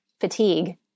fatigue